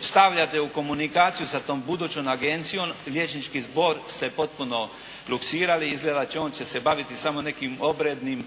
stavljate u komunikaciju sa tom budućom agencijom. Liječnički zbor ste potpuno luksirali. Izgleda da on će se baviti samo nekim obrednim,